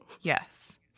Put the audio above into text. Yes